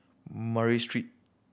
Murray Street